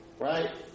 right